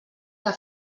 que